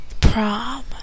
prom